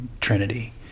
trinity